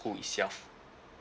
school itself